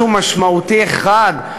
משהו משמעותי אחד,